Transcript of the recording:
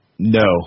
No